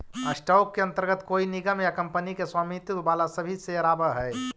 stock के अंतर्गत कोई निगम या कंपनी के स्वामित्व वाला सभी शेयर आवऽ हइ